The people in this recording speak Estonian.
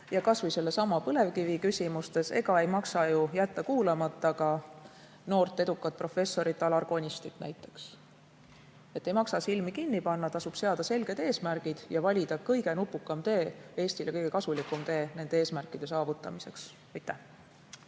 Ja kas või sellesama põlevkivi küsimustes ei maksa ju jätta kuulamata ka noort edukat professorit Alar Konistit. Nii et ei maksa silmi kinni panna, tasub seada selged eesmärgid ja valida kõige nupukam tee, Eestile kõige kasulikum tee nende eesmärkide saavutamiseks. Suur